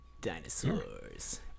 Dinosaurs